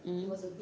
mmhmm